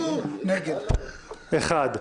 אחד.